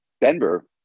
Denver